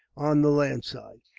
on the land side,